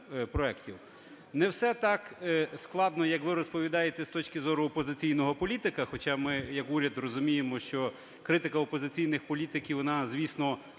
Не все так складно, як ви розповідаєте з точки зору опозиційного політика. Хоча ми як уряд розуміємо, що критика опозиційних політиків, вона, звісно,